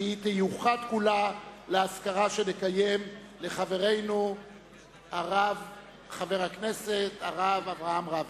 שייוחד כולו לאזכרה שנקיים לחברנו חבר הכנסת הרב אברהם רביץ.